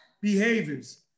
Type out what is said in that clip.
behaviors